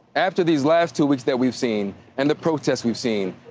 after these last two weeks that we've seen and the protests we've seen,